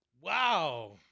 Wow